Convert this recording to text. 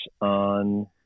on